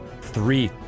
Three